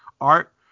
art